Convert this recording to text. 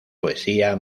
poesía